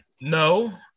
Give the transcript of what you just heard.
No